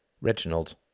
Reginald